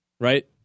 right